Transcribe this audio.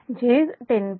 866 j 10